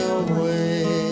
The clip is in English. away